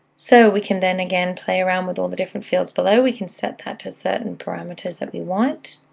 so we can then again play around with all the different fields below. we can set that to certain parameters that we want,